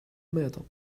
metal